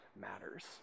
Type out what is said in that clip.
matters